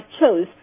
chose